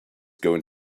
going